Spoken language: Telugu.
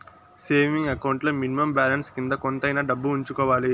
సేవింగ్ అకౌంట్ లో మినిమం బ్యాలెన్స్ కింద కొంతైనా డబ్బు ఉంచుకోవాలి